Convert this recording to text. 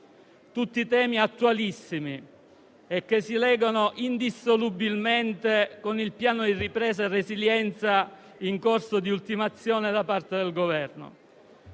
tutti temi attualissimi, che si legano indissolubilmente con il Piano di ripresa e resilienza in corso di ultimazione da parte del Governo.